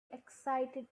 excited